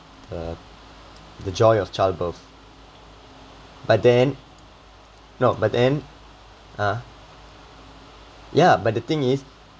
the the joy of childbirth but then no but then ha ya but the thing is